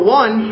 one